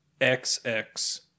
xx